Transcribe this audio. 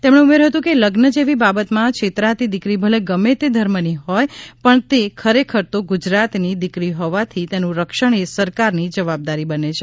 તેમણે ઉમેર્યું હતું કે લઝ્ન જેવી બાબતમાં છેતરાતી દીકરી ભલે ગમે તે ધર્મની હોય પણ તે ખરેખર તો ગુજરાતની દીકરી હોવાથી તેનું રક્ષણ એ સરકારની જવાબદારી બને છે